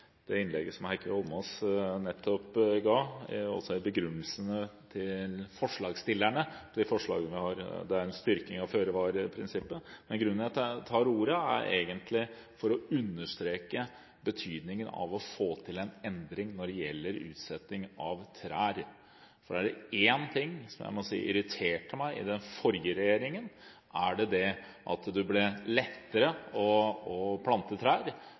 det innlegget som Heikki Eidsvoll Holmås nettopp holdt, og også begrunnelsene til forslagsstillerne. De forslagene vi har, er en styrking av føre-var-prinsippet. Grunnen til at jeg tar ordet, er for å understreke betydningen av å få til en endring når det gjelder utsetting av trær. Er det én ting som jeg må si irriterte meg ved den forrige regjeringen, var det at de gjorde det lettere å plante trær